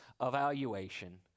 evaluation